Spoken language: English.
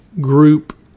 Group